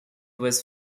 was